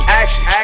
action